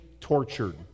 tortured